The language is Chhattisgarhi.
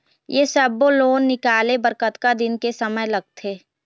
ये सब्बो लोन निकाले बर कतका दिन के समय लगथे?